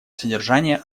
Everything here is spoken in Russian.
содержание